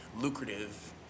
lucrative